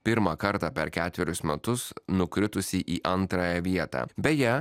pirmą kartą per ketverius metus nukritusį į antrąją vietą beje